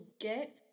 get